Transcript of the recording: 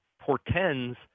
portends